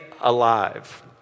alive